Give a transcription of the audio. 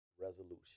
Resolution